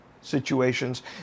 situations